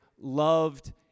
loved